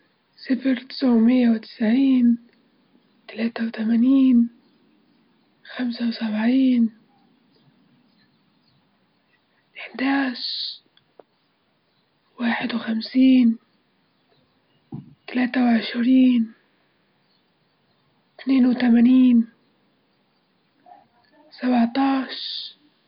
صفر تسعمية وتسعين تلاتة وتمانين خمسة وسبعين إحداش واحد وخمسين تلاتة وعشرين اتنين وتمانين سبعتاش.